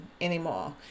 anymore